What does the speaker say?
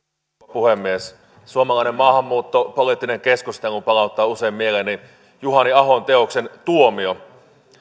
puhemies suomalainen maahanmuuttopoliittinen keskustelu palauttaa usein mieleeni juhani ahon teoksen tuomio